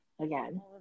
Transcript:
again